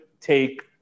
take